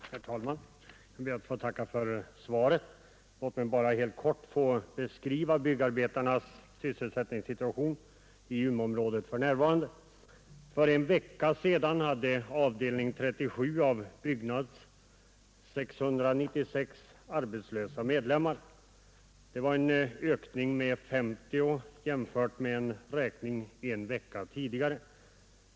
Herr talman! Jag ber att få tacka för svaret. Låt mig bara helt kort få beskriva byggarbetarnas sysselsättningssituation i Umeåområdet för närvarande. För en vecka sedan hade avdelning 37 av Byggnads 696 arbetslösa medlemmar. Det var en ökning med 50 jämfört med en räkning en vecka tidigare.